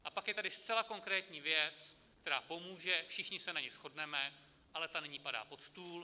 A pak je tady zcela konkrétní věc, která pomůže, všichni se na ní shodneme, ale ta nyní padá pod stůl.